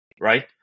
right